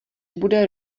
bude